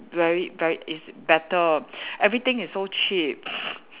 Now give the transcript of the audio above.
very very it's better everything is so cheap